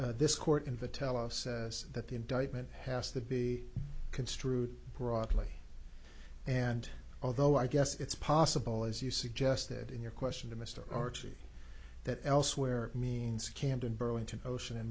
n this court and the tell us that the indictment has to be construed broadly and although i guess it's possible as you suggested in your question to mr archer that elsewhere means camden burlington ocean and